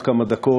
עוד כמה דקות,